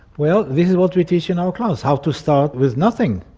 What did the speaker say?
well, this is what we teach in our class, how to start with nothing.